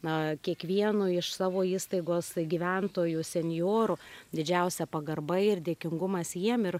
na kiekvienu iš savo įstaigos gyventojų senjorų didžiausia pagarba ir dėkingumas jiem ir